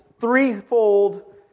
threefold